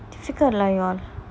பிச்சை காரன்:picha kaaran lah you are